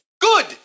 Good